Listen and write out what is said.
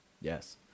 Yes